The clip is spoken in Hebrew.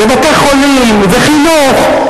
ובתי-חולים וחינוך.